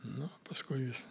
nu paskui jis